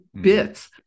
bits